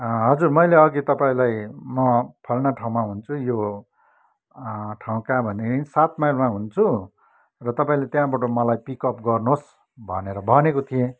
हजुर मैले अघि तपाईँलाई म फलाना ठाउँमा हुन्छु यो ठाउँ कहाँ भने सात माइलमा हुन्छु र तपाईँले त्यहाँबाट मलाई पिकअप गर्नुहोस् भनेर भनेको थिएँ